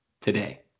today